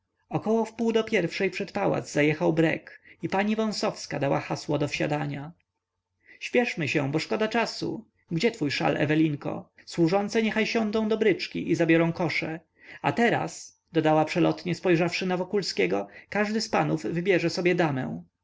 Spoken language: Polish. około wpół do pierwszej przed pałac zajechał brek i pani wąsowska dała hasło do wsiadania śpieszmy się bo szkoda czasu gdzie twój szal ewelinko służące niech siądą do bryczki i zabiorą kosze a teraz dodała przelotnie spojrzawszy na wokulskiego każdy z panów wybierze sobie damę